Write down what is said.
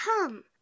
come